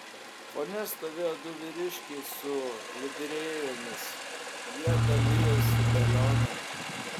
fone stovėjo du vyriškiai su livrėjomis jie dalijosi melioną